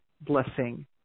blessing